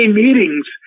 meetings